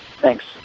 Thanks